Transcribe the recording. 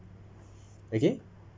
okay